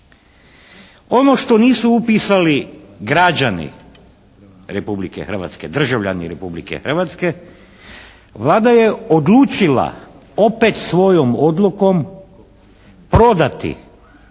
Ono što nisu upisali građani Republike Hrvatske, državljani Republike Hrvatske Vlada je odlučila opet svojom odlukom prodati i to